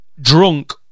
drunk